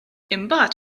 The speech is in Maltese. imbagħad